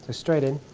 straight in,